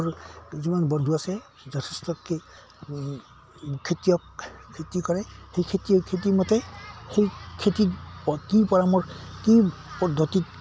মোৰ যিমান বন্ধু আছে যথেষ্ট কি খেতিয়ক খেতি কৰে সেই খেতিয়ক খেতিমতে সেই খেতিত কি পৰামৰ্শ কি পদ্ধতিত